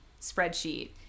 spreadsheet